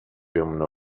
بمونه